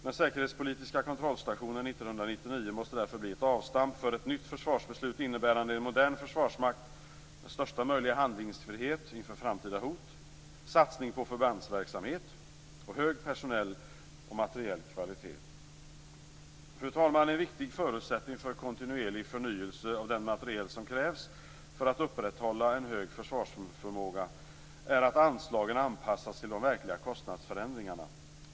Den säkerhetspolitiska kontrollstationen 1999 måste därför bli ett avstamp för ett nytt försvarsbeslut innebärande en modern försvarsmakt med största möjliga handlingsfrihet inför framtida hot, satsning på förbandsverksamhet och hög personell och materiell kvalitet. Fru talman! En viktig förutsättning för kontinuerlig förnyelse av den materiel som krävs för att upprätthålla en hög försvarsförmåga är att anslagen anpassas till de verkliga kostnadsförändringarna.